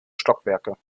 stockwerke